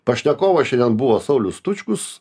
pašnekovas šiandien buvo saulius tučkus